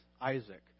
Isaac